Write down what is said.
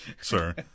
sir